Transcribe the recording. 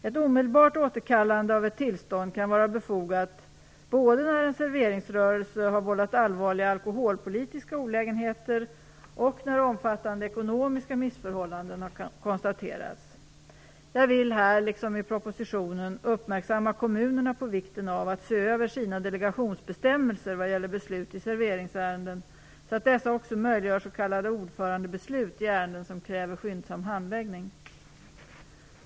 Ett omedelbart återkallande av ett tillstånd kan vara befogat både när en serveringsrörelse har vållat allvarliga alkoholpolitiska olägenheter och när omfattande ekonomiska missförhållanden har konstaterats. Jag vill här liksom i propositionen uppmärksamma kommunerna på vikten av att se över sina delegationsbestämmelser vad gäller beslut i serveringsärenden så att dessa också möjliggör s.k. ordförandebeslut i ärenden som kräver skyndsam handläggning.